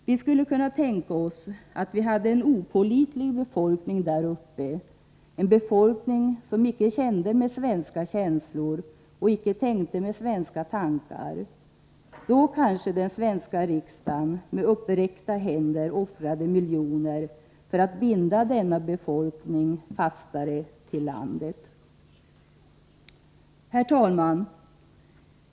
Vi skulle kunna tänka oss, att vi hade en opålitlig befolkning däruppe, en befolkning, som icke kände med svenska känslor och icke tänkte med svenska tankar. Då kanske den svenska riksdagen med uppräckta händer offrade miljoner för att binda denna befolkning fastare till landet.” Herr talman!